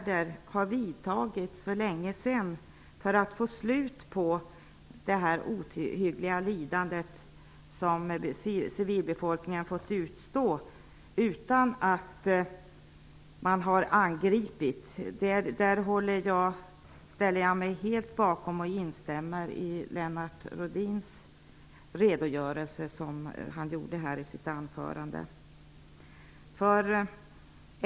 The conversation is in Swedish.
Det har inte vidtagits några kraftfulla åtgärder för att få slut på det ohyggliga lidande som civilbefolkningen har fått utstå. Jag instämmer helt i den redogörelsen som Lennart Rodhin gjorde i sitt anförande.